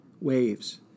waves